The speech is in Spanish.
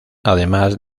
además